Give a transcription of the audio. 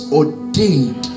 ordained